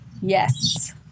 yes